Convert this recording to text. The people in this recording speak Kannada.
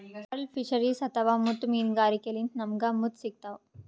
ಪರ್ಲ್ ಫಿಶರೀಸ್ ಅಥವಾ ಮುತ್ತ್ ಮೀನ್ಗಾರಿಕೆಲಿಂತ್ ನಮ್ಗ್ ಮುತ್ತ್ ಸಿಗ್ತಾವ್